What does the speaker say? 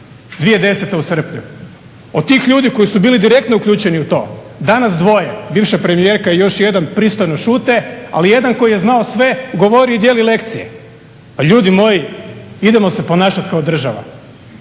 2010. u srpnju. Od tih ljudi koji su bili direktno uključeni u to danas dvoje, bivša premijerka i još jedan pristojno šute, ali jedan koji je znao sve govori i dijeli lekcije. Pa ljudi moji idemo se ponašati kao država.